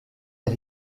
est